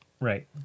right